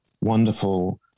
wonderful